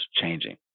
changing